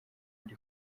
muri